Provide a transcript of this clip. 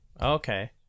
Okay